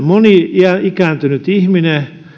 moni ikääntynyt ihminen